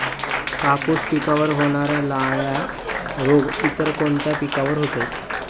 कापूस पिकावर होणारा लाल्या रोग इतर कोणत्या पिकावर होतो?